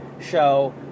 show